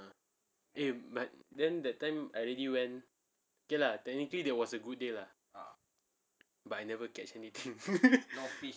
eh but then that time I already went okay lah technically that was a good day lah but I never catch anything